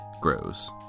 grows